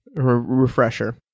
Refresher